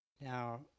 Now